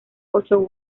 ocho